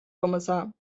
kommissar